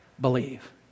Believe